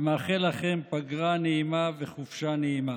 ואני מאחל לכם פגרה נעימה וחופשה נעימה.